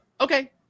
Okay